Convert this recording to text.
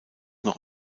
noch